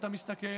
ואתה מסתכל